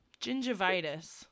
gingivitis